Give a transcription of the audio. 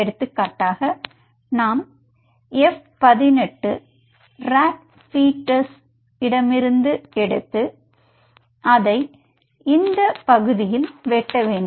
எடுத்துக்காட்டாக நாம் F 18 rod பீடஸ் எடுத்து அதை இந்த பகுதியில் வெட்ட வேண்டும்